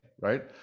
right